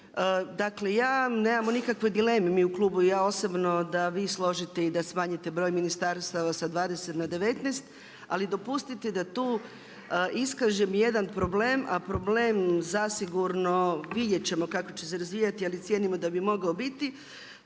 Dakle ja, nemamo nikakve dileme, mi u klubu i ja osobno da vi složite i da smanjite broj ministarstava sa 20 na 19. Ali dopustite da tu iskažem jedan problem, a problem zasigurno, vidjet ćemo kako će se razvijati ali cijenimo da bi mogao biti,